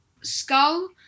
skull